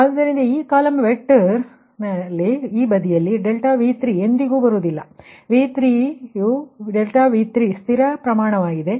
ಆದ್ದರಿಂದ ಆ ಕಾಲಮ್ ವೆಕ್ಟರ್ನಲ್ಲಿ ಈ ಬದಿಯಲ್ಲಿ∆V3ಎಂದಿಗೂ ಬರುವುದಿಲ್ಲ ಏಕೆಂದರೆ V3 ಆಗಿ ∆V3 ಸ್ಥಿರ ಪ್ರಮಾಣವಾಗಿರುತ್ತದೆ